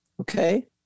Okay